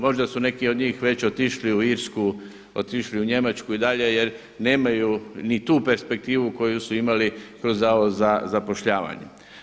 Možda su neki od njih već otišli u Irsku, otišli u Njemačku i dalje jer nemaju ni tu perspektivu koju su imali kroz Zavod za zapošljavanje.